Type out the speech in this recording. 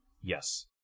Yes